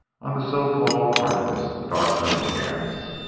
on the so-called harkness dark moon gas